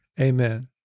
Amen